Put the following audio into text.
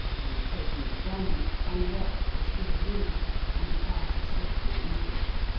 and, taking it from him, unlocked the steel room and passed swiftly into it.